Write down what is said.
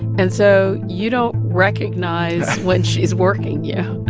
and so you don't recognize when she's working you